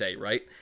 right